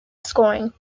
scoring